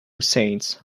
saints